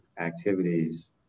activities